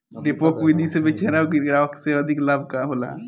डेपोक विधि से बिचरा गिरावे से अधिक लाभ होखे?